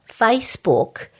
Facebook